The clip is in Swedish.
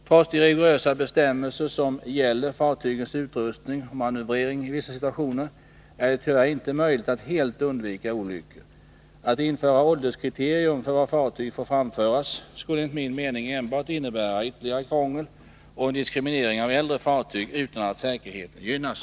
Trots de rigorösa bestämmelser som gäller fartygens utrustning och manövrering i vissa situationer är det tyvärr inte möjligt att helt undvika olyckor. Att införa ålderskriterium för var fartyg får framföras skulle enligt min mening enbart innebära ytterligare krångel och en diskriminering av äldre fartyg utan att säkerheten gynnas.